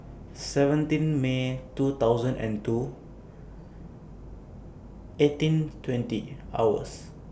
seventeen May two thousand and two eighteen twenty hours